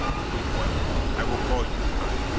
sleep well. i will call you in time.